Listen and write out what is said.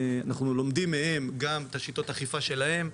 אנחנו לומדים מהם גם את שיטות האכיפה שלהם.